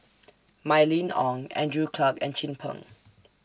Mylene Ong Andrew Clarke and Chin Peng